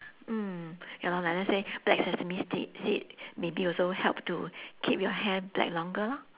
mm ya lor like let's say black sesame see~ seed maybe also help to keep your hair black longer lor